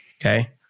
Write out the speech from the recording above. Okay